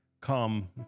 come